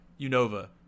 Unova